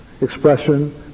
expression